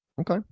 Okay